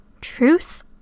truce